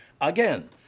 Again